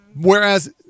Whereas